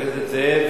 חבר הכנסת זאב?